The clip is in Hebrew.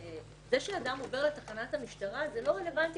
הרי זה שאדם עובר לתחנת המשטרה זה לא רלוונטי